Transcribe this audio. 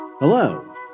Hello